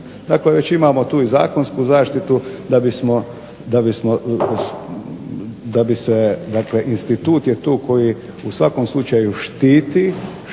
Dakle, tu imamo i zakonsku zaštitu dakle institut je tu koji u svakom slučaju štiti